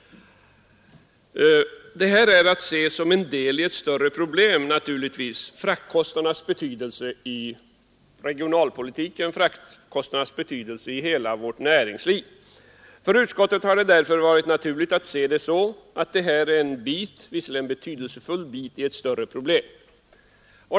Detta bör naturligtvis ses som en del i ett större problem: fraktkostnadernas betydelse i regionalpolitiken och fraktkostnadernas betydelse i hela vårt näringsliv. För utskottet har det därför varit naturligt att se det så, att det här är en bit — visserligen en betydelsefull bit — av ett större problem.